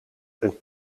een